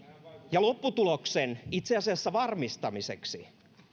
ja itse asiassa lopputuloksen varmistamiseksi